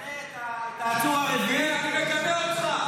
תגנה את העצור הרביעי -- אני מגנה אותך.